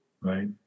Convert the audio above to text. Right